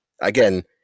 again